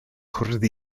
cwrdd